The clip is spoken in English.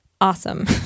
awesome